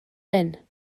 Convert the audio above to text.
hyn